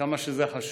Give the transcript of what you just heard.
וכמה זה חשוב.